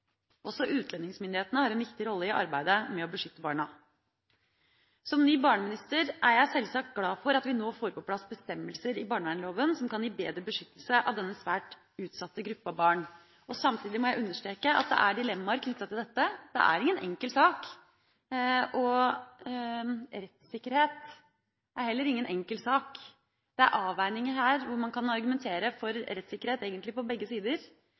Også utlendingsmyndighetene har en viktig rolle i arbeidet med å beskytte barna. Som ny barneminister er jeg selvsagt glad for at vi nå får på plass bestemmelser i barnevernloven som kan gi bedre beskyttelse av denne svært utsatte gruppa barn. Samtidig må jeg understreke at det er dilemmaer knyttet til dette. Det er ingen enkel sak. Rettssikkerhet er heller ingen enkel sak. Det er avveininger her – man kan egentlig argumentere for rettsikkerhet på begge sider.